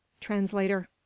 Translator